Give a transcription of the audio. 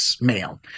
male